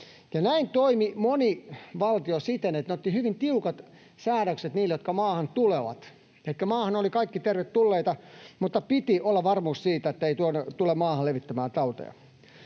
Näin toimi moni valtio, siten, että ne ottivat hyvin tiukat säädökset heille, jotka maahan tulevat, elikkä maahan olivat kaikki tervetulleita, mutta piti olla varmuus siitä, että ei tulla maahan levittämään tauteja.